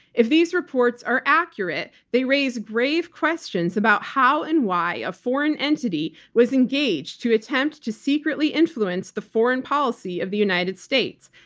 if these reports are accurate, they raise grave questions about how and why a foreign entity was engaged to attempt to secretly influence the foreign policy of the united states.